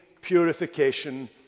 purification